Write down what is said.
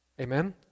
Amen